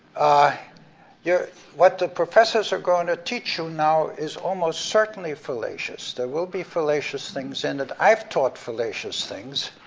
ah yeah what the professors are gonna teach you now is almost certainly fallacious. there will be fallacious things in it, i've taught fallacious things.